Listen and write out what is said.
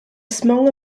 smaller